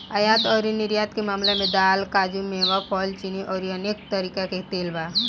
आयात अउरी निर्यात के मामला में दाल, काजू, मेवा, फल, चीनी अउरी अनेक तरीका के तेल बा